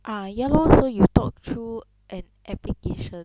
ah ya lor so you talk through an application